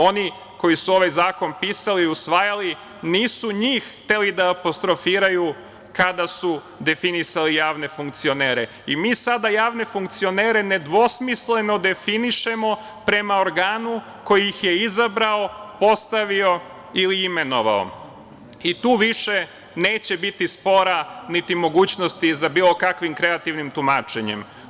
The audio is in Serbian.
Oni koji su ovaj zakon pisali i usvajali nisu njih hteli da apostrofiraju kada su definisali javne funkcionere i mi sada javne funkcionere nedvosmisleno definišemo prema organu koji ih je izabrao, postavio ili imenovao i tu više neće biti spora, niti mogućnosti za bilo kakvim kreativnim tumačenjem.